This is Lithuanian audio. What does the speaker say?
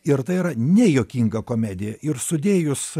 ir tai yra nejuokinga komedija ir sudėjus